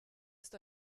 ist